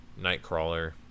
Nightcrawler